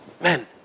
men